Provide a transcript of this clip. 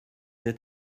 êtes